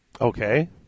okay